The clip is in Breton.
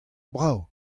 brav